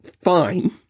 fine